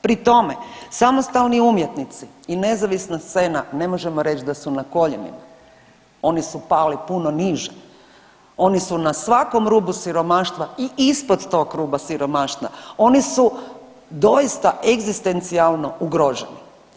Pri tome samostalni umjetnici i nezavisna scena ne možemo reć da su na koljenima, oni su pali puno niže, oni su na svakom rubu siromaštva i ispod tog ruba siromaštva, oni su doista egzistencionalno ugroženi.